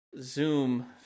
Zoom